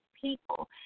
people